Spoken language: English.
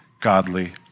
godly